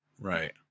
Right